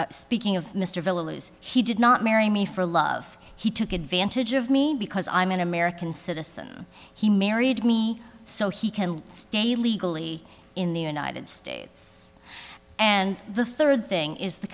states speaking of mr villa lose he did not marry me for love he took advantage of me because i'm an american citizen he married me so he can stay legally in the united states and the third thing is the